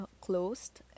closed